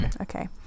Okay